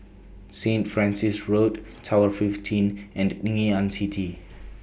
Saint Francis Road Tower fifteen and Ngee Ann City